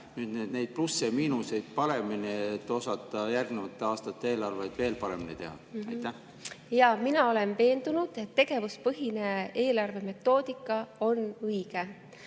nüüd neid plusse ja miinuseid paremini, et osata järgnevate aastate eelarveid veel paremini teha? Mina olen veendunud, et tegevuspõhise eelarve metoodika on õige,